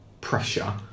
Pressure